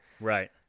Right